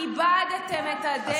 איבדתם את הדרך.